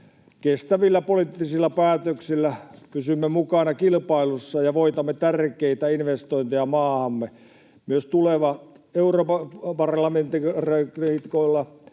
Kestävillä poliittisilla päätöksillä pysymme mukana kilpailussa ja voitamme tärkeitä investointeja maahamme. Myös tulevilla europarlamentaarikoilla